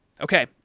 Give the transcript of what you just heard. Okay